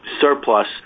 surplus